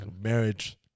marriage